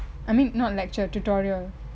I mean not lecture tutorial